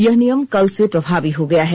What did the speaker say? यह नियम कल से प्रभावी हो गया है